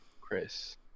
Chris